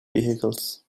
vehicles